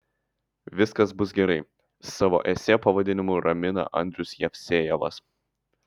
viskas bus gerai savo esė pavadinimu ramina andrius jevsejevas